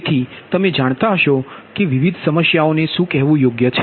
તેથી તમે જાણતા હશો કે વિવિધ સમસ્યાઓને શું કહેવું યોગ્ય છે